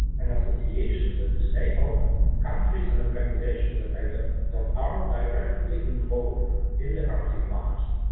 an association so to say of countries and organizations that either the are directly like involved in the arctic matters.